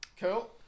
Cool